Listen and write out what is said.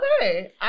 Okay